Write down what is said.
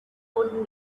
would